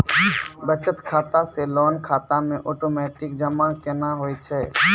बचत खाता से लोन खाता मे ओटोमेटिक जमा केना होय छै?